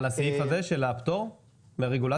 על הסעיף הזה של הפטור מהרגולציה?